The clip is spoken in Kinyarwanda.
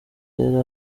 yari